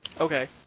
Okay